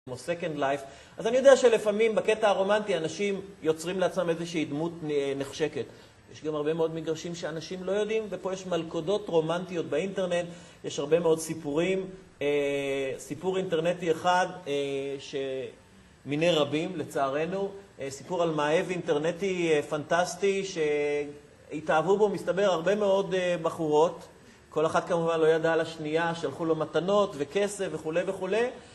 אז אני יודע שלפעמים בקטע הרומנטי אנשים יוצרים לעצם איזושהי דמות נחשקת. יש גם הרבה מאוד מגרשים שאנשים לא יודעים ופה יש מלכודות רומנטיות באינטרנט. יש הרבה מאוד סיפורים, סיפור אינטרנטי אחד שמיני רבים לצערנו, סיפור על מאהב אינטרנטי פנטסטי שהתאהבו בו מסתבר הרבה מאוד בחורות. כל אחת כמובן לא ידעה על השנייה שלחו לו מתנות וכסף וכולי וכולי.